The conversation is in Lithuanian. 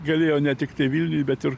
galėjo ne tik vilniuj bet ir